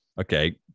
okay